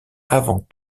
avant